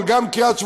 אבל גם קריית-שמונה,